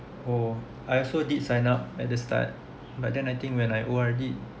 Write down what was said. oh I also did sign up at the start but then I think when I O_R_D